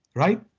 right?